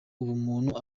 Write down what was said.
ubumuntu